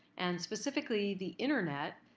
and specifically the internet.